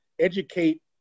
educate